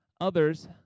others